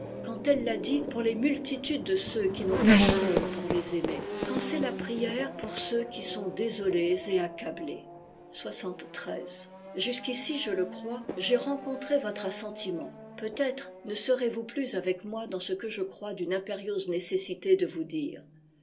quand elle la dit pour les multitudes de ceux qui n'ont personne pour les aimer quand c'est la prière pour ceux qui sont désoles et accablés jusqu'ici je le crois j'ai rencontré votre assentiment peut-être ne serez-vous plus avec moi dans ce que je crois d'une impérieuse nécessité de vous dire